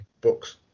books